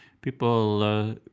People